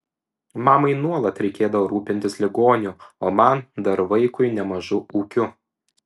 mamai nuolat reikėdavo rūpintis ligoniu o man dar vaikui nemažu ūkiu